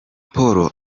paul